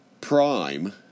Prime